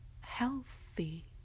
healthy